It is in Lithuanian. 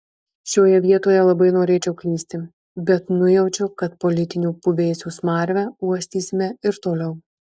šioje vietoje labai norėčiau klysti bet nujaučiu kad politinių puvėsių smarvę uostysime ir toliau